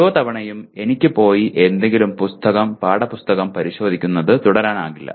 ഓരോ തവണയും എനിക്ക് പോയി എന്തെങ്കിലും പുസ്തകം പാഠപുസ്തകം പരിശോധിക്കുന്നത് തുടരാനാവില്ല